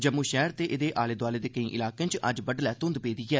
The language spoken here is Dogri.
जम्मू शैहर दे एह्दे आले दोआले दे केंई इलाकें च अज्ज बडलै घुंध पेदी ही